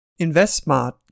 InvestSmart